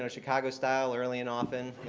um chicago style, early and often.